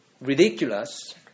Ridiculous